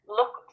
look